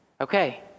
Okay